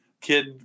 kid